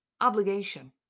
obligation